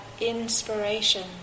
inspiration